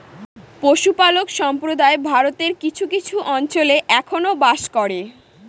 পশুপালক সম্প্রদায় ভারতের কিছু কিছু অঞ্চলে এখনো বাস করে